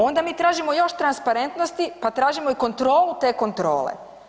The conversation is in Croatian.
Onda mi tražimo još transparentnosti pa tražimo i kontrolu te kontrole.